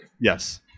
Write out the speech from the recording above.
Yes